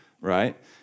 Right